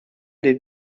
des